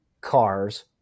cars